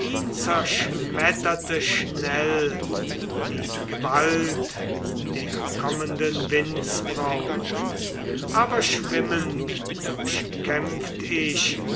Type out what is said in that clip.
ihn zerschmetterte schnell die gewalt der kommenden windsbraut aber schwimmend durchkämpft ich